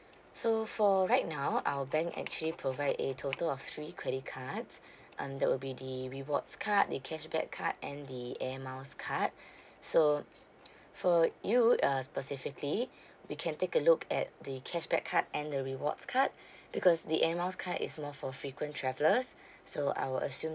so for right now our bank actually provide a total of three credit cards and that will be the rewards card the cashback card and the air miles card so for you uh specifically we can take a look at the cashback card and the rewards card because the air miles card is more for frequent travellers so I will assume